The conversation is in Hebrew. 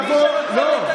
לבוא, למה לשקר?